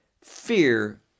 Fear